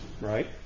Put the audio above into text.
right